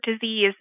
disease